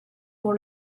pour